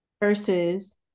versus